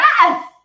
Yes